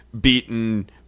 beaten